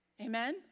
Amen